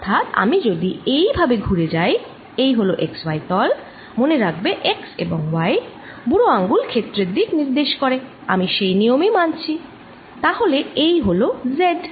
অর্থাৎ আমি যদি এই ভাবে ঘুরে যাই এই হলো x y তল মনে রাখবে x এবং y বুড়োআঙুল ক্ষেত্রের দিক নির্দেশ করে আমি সেই নিয়মই মানছি তাহলে সেই দিকে হলো z